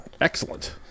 excellent